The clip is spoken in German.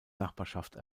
nachbarschaft